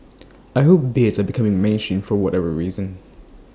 I hope beards are becoming mainstream for whatever reason